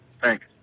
Thanks